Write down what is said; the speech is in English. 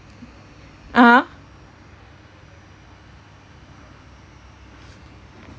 (uh huh)